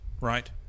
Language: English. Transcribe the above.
Right